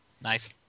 Nice